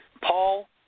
Paul